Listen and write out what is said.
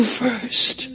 first